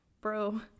bro